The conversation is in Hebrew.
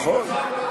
נכון.